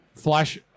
flash